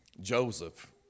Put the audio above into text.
Joseph